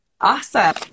Awesome